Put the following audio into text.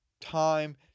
time